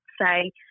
say